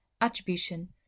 attribution